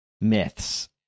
myths